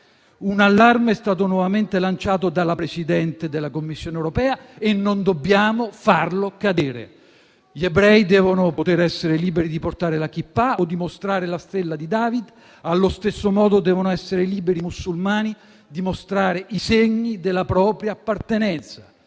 un allarme è stato nuovamente lanciato dalla Presidente della Commissione europea e non dobbiamo farlo cadere. Gli ebrei devono poter essere liberi di portare la *kippah* o di mostrare la stella di David e, allo stesso modo, i musulmani devono essere liberi di mostrare i segni della propria appartenenza.